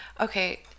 Okay